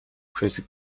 crazy